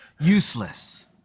useless